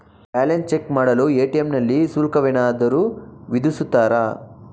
Balance check ಮಾಡಲು ATM ನಲ್ಲಿ ಶುಲ್ಕವೇನಾದರೂ ವಿಧಿಸುತ್ತಾರಾ?